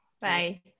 Bye